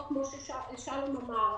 כמו ששלום אמר,